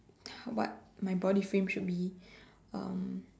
what my body frame should be um